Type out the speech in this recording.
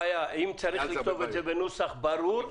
אם צריך לכתוב את זה בנוסח ברור,